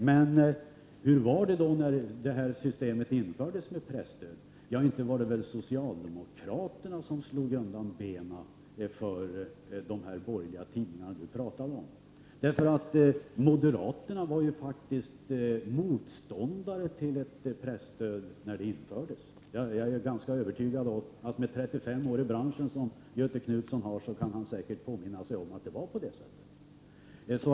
Men hur var det då när systemet med presstöd infördes? Ja, det var inte socialdemokraterna som slog undan benen för de borgerliga tidningar som Göthe Knutson talar om. Moderaterna var ju motståndare till presstödet när det infördes. Jag är övertygad om att Göthe Knutson, som har 35 år i branschen, kan påminna sig att det var på det sättet.